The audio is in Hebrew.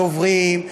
דוברים,